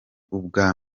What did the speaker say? ubwa